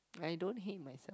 I don't hate myself